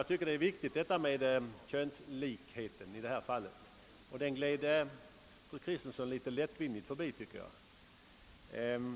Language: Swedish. Jag anser det nämligen vara viktigt med könslikheten i detta fall, och den gled fru Kristensson litet lättvindigt förbi.